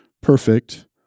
perfect